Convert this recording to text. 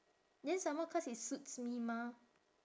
then some more cause it suits me mah